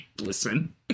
listen